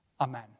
Amen